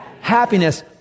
happiness